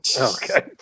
Okay